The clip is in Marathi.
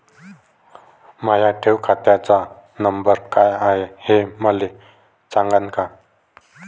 माया ठेव खात्याचा नंबर काय हाय हे मले सांगान का?